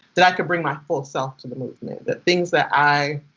that i could bring my full self to the movement. that things that i